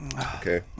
Okay